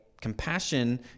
Compassion